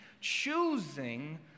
choosing